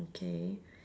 okay